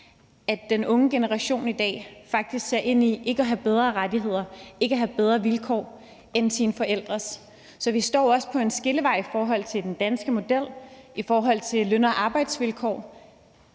at den unge generation i dag faktisk ser ind i ikke at have bedre rettigheder og ikke at have bedre vilkår end deres forældre. Så vi står også ved en skillevej i forhold til den danske model og løn- og arbejdsvilkår.